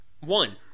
One